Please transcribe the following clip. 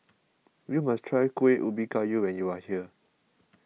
you must try Kueh Ubi Kayu when you are here